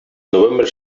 novembre